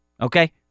Okay